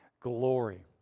glory